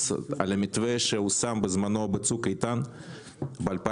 על המתווה שיושם בזמנו בצוק איתן ב-2014,